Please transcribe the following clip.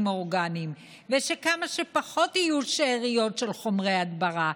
אורגניים ושיהיו כמה שפחות שאריות של חומרי הדברה.